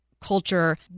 culture